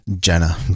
Jenna